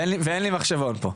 ואין לי מחשבון פה,